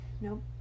Nope